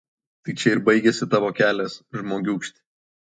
tai čia ir baigiasi tavo kelias žmogiūkšti